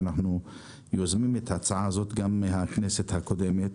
שאנחנו יוזמים את ההצעה הזאת מהכנסת הקודמת,